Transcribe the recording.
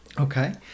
Okay